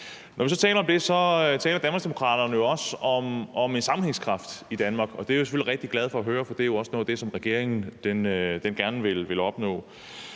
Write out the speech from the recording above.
Når vi så taler om det, taler Danmarksdemokraterne jo også om en sammenhængskraft i Danmark, og det er jeg selvfølgelig rigtig glad for at høre, for det er jo også noget af det, som regeringen gerne vil opnå.